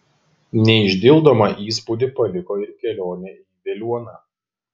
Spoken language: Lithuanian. neišdildomą įspūdį paliko ir kelionė į veliuoną